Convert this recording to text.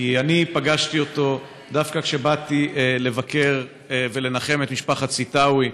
כי אני פגשתי אותו דווקא כשבאתי לבקר ולנחם את משפחת סתאוי,